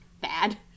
bad